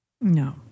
No